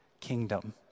kingdom